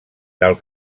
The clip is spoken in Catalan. del